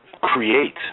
create